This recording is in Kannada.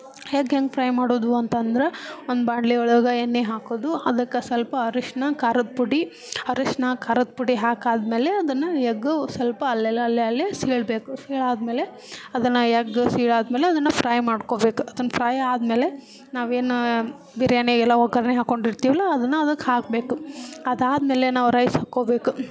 ಹೆಗ್ ಹೆಂಗೆ ಫ್ರೈ ಮಾಡೋದು ಅಂತಂದ್ರೆ ಒಂದು ಬಾಣಲೆ ಒಳಗೆ ಎಣ್ಣೆ ಹಾಕೋದು ಅದಕ್ಕೆ ಸ್ವಲ್ಪ ಅರಿಶಿನ ಖಾರದ ಪುಡಿ ಅರಿಶಿನ ಖಾರದ ಪುಡಿ ಹಾಕಾದ್ಮೇಲೆ ಅದನ್ನು ಎಗ್ಗು ಸ್ವಲ್ಪ ಅಲ್ಲೆಲ್ಲ ಅಲ್ಲೆ ಅಲ್ಲೆ ಸೀಳಬೇಕು ಸೀಳಾದ್ಮೇಲೆ ಅದನ್ನು ಎಗ್ ಸೀಳಾದ್ಮೇಲೆ ಅದನ್ನು ಫ್ರೈ ಮಾಡ್ಕೊಳ್ಬೇಕು ಅದನ್ನು ಫ್ರೈ ಆದಮೇಲೆ ನಾವೇನೆ ಬಿರಿಯಾನಿಗೆಲ್ಲ ಒಗ್ಗರ್ಣೆ ಹಾಕಿಕೊಂಡಿರ್ತೀವಲ್ಲ ಅದನ್ನು ಅದಕ್ಕೆ ಹಾಕಬೇಕು ಅದಾದ್ಮೇಲೆ ನಾವು ರೈಸ್ ಹಾಕ್ಕೊಳ್ಬೇಕು